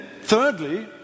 thirdly